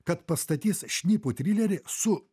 kad pastatys šnipų trilerį su